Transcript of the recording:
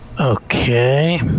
Okay